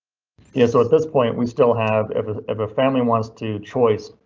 yeah, so at this point we still have a family wants to choice.